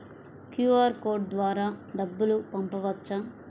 QR code ద్వారా డబ్బులు పంపవచ్చా?